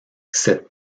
cette